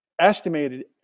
estimated